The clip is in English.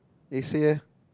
eh say eh